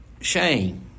shame